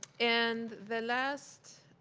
and the last